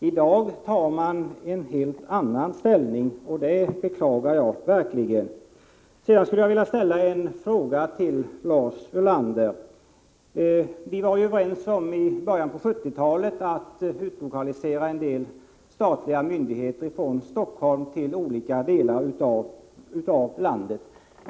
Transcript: I dag intar man en helt annan ståndpunkt — det beklagar jag verkligen. Sedan skulle jag vilja ställa en fråga till Lars Ulander: Vi var ju i början av 1970-talet överens om att utlokalisera en del statliga myndigheter från Stockholm till olika delar av landet.